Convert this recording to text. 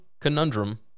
conundrum